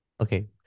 okay